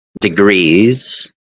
degrees